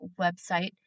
website